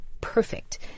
perfect